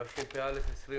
התשפ"א-2020.